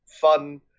fun